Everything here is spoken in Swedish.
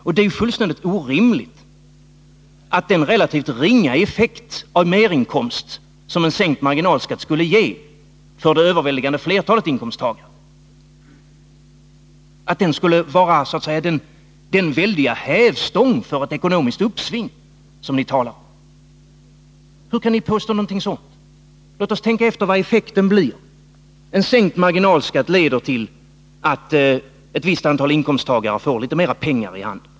Det är fullständigt orimligt att den relativt ringa effekten i merinkomst, som en sänkt marginalskatt skulle ge för det överväldigande flertalet inkomsttagare, skulle vara den väldiga hävstång för ett ekonomiskt uppsving som ni talar om. Hur kan ni påstå någonting sådant? Låt oss tänka efter vad effekten blir. En sänkt marginalskatt leder till att ett visst antal inkomsttagare får litet mera pengar i handen.